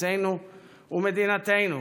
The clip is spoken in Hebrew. ארצנו ומדינתנו,